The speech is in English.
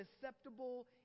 acceptable